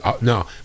No